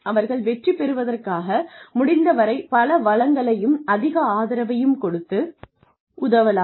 அவர்கள் வெற்றிபெறுவதற்காக முடிந்தவரை பல வளங்களையும் அதிக ஆதரவையும் கொடுத்து உதவலாம்